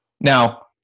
Now